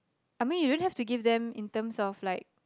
I mean you don't have to give them in terms of like